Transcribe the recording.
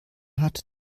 hat